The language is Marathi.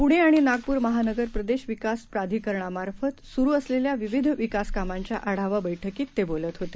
पुणेआणिनागपूरमहानगरप्रदेशविकासप्राधिकरणामार्फतसुरुअसलेल्याविविधविकासकामांच्याआढावाबैठकीततेबोलतहोते